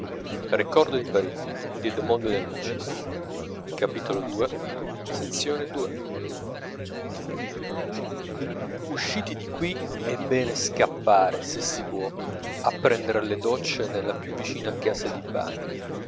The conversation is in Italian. e la visione faticosa svanisce usciti di qui è bene scappare se si può a prender le doccie nella più vicina casa di bagni